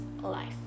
life